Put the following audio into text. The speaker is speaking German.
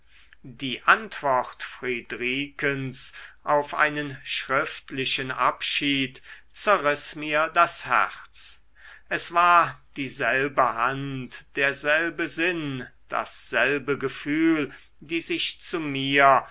die antwort friedrikens auf einen schriftlichen abschied zerriß mir das herz es war dieselbe hand derselbe sinn dasselbe gefühl die sich zu mir